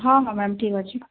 ହଁ ହଁ ମ୍ୟାମ୍ ଠିକ୍ ଅଛି